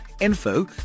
info